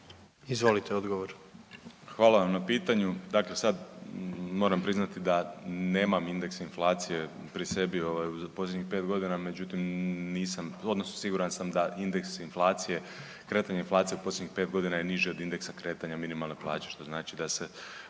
Izvolite odgovor. **Aladrović, Josip (HDZ)** Dakle, sad moram priznati da nemam indeks inflacije pri sebi ovaj u posljednjih 5 godina međutim nisam odnosno siguran sam da indeks inflacije, kretanje inflacije u posljednjih 5 godina je niže od iznosa kretanja minimalne plaće što znači da se